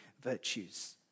virtues